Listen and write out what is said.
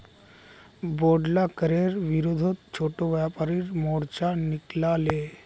बोढ़ला करेर विरोधत छोटो व्यापारी मोर्चा निकला ले